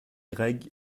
rég